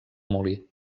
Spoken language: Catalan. molí